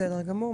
בסדר גמור.